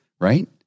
right